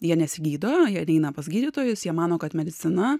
jie nesigydo jei neeina pas gydytojus jie mano kad medicina